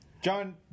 John